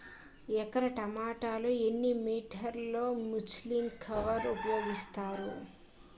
ఎకర టొమాటో లో ఎన్ని మీటర్ లో ముచ్లిన్ కవర్ ఉపయోగిస్తారు?